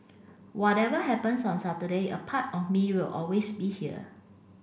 whatever happens on Saturday a part of me will always be here